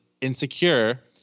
insecure